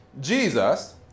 Jesus